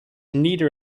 neither